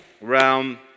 realm